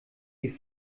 die